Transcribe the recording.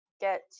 get